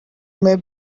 may